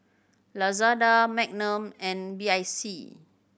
Lazada Magnum and B I C